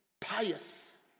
pious